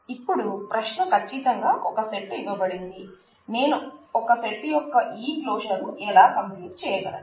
ఇప్పుడు ప్రశ్న ఖచ్చితంగా ఒక సెట్ ఇవ్వబడింది నేను ఒక సెట్ యొక్క ఈ క్లోజర్ ను ఎలా కంప్యూట్ చేయగలను